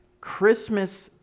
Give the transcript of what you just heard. Christmas